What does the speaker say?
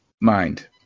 mind